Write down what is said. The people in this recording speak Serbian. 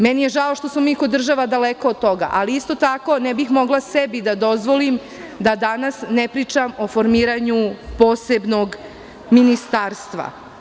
Meni je žao što smo mi kao država daleko od toga, ali, isto tako, ne bih mogla sebi da dozvolim da danas ne pričam o formiranju posebnog ministarstva.